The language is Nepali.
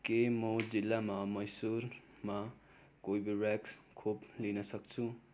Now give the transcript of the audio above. के म जिल्लामा मैसूरमा कर्बेभ्याक्स खोप लिन सक्छु